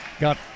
Got